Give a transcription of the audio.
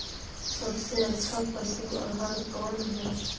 सबसे अच्छा पशु आहार कौन है?